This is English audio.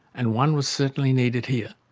and one was certainly needed here.